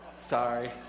Sorry